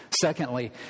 Secondly